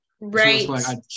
Right